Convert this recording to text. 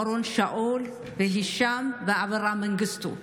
אורון שאול, והישאם, ואברה מנגיסטו.